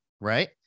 Right